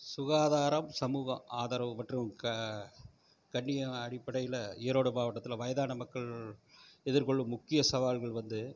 சுகாதாரம் சமூகம் ஆதரவு மற்றும் க கண்ணிய அடிப்படையில் ஈரோடு மாவட்டத்தில் வயதான மக்கள் எதிர்கொள்ளும் முக்கிய சவால்கள் வந்து